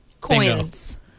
Coins